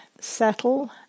settle